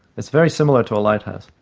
it's very similar to a lighthouse.